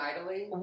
idly